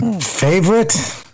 Favorite